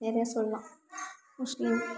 நிறையா சொல்லாம் முஸ்லீம்